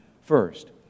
first